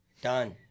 done